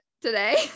today